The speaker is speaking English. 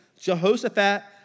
Jehoshaphat